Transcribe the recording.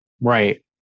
Right